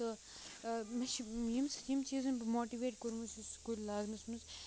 تہٕ مےٚ چھُ یِم یِم چیٖزَن بہٕ موٹِویٹ کورمُت چھُس کُلۍ لاگنَس منٛز